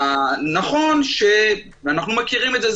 אנחנו מכירים את זה,